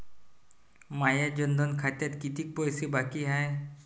माया जनधन खात्यात कितीक पैसे बाकी हाय?